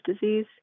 disease